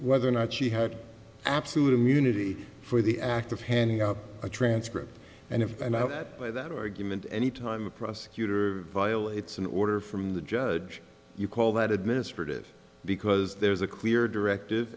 whether or not she had absolute immunity for the act of handing out a transcript and if and i buy that argument any time a prosecutor violates an order from the judge you call that administrative because there's a clear direct